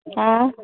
हँ